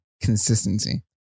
consistency